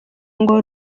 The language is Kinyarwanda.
ngo